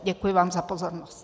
Děkuji vám za pozornost.